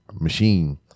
machine